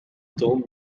توم